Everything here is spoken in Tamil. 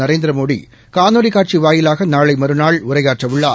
நரேந்திரமோடிகாணொலிக் காட்சிவாயிலாகநாளைமறுநாள் உரையாற்றவுள்ளார்